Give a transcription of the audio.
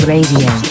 Radio